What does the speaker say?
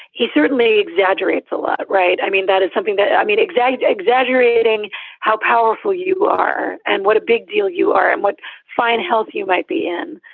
he certainly exaggerates a lot. right. i mean, that is something that i mean, exactly exaggerating how powerful you are and what a big deal you are and what fine health you might be in.